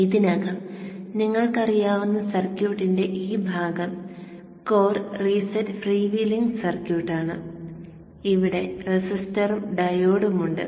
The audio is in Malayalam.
ഇതിനകം നിങ്ങൾക്ക് അറിയാവുന്ന സർക്യൂട്ടിന്റെ ഈ ഭാഗം core reset free wheeling circuit ആണ് ഇവിടെ റെസിസ്റ്ററും ഡയോഡും ഉണ്ട്